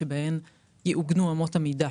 שבהן יעוגנו אמות המידה.